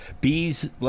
bees